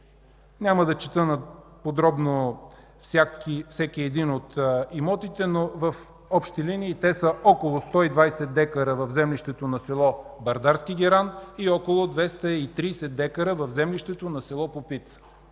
Няма да чета подробно всеки един от имотите, но в общи линии те са около 120 дка в землището на село Бърдарски геран и около 230 дка в землището на село Попица.